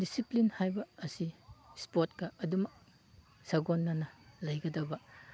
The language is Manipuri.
ꯗꯤꯁꯤꯄ꯭ꯂꯤꯟ ꯍꯥꯏꯕ ꯑꯁꯤ ꯏꯁꯄꯣꯔꯠꯀ ꯑꯗꯨꯝꯃꯛ ꯁꯥꯒꯣꯟꯅꯅ ꯂꯩꯒꯗꯕ